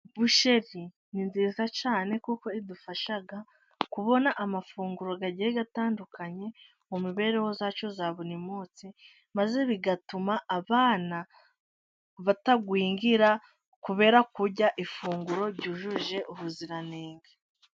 Busheri ni nziza cyane kuko idufasha kubona amafunguro agiye atandukanye, mu mibereho yacu ya buri munsi, maze bigatuma abana batagwingira kubera kurya ifunguro ryujuje ubuziranenge.